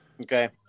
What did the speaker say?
Okay